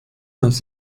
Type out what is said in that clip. los